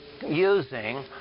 using